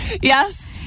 Yes